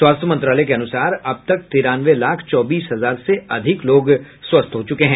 स्वास्थ्य मंत्रालय के अनुसार अब तक तिरानवे लाख चौबीस हजार से अधिक लोग स्वस्थ हो चुके हैं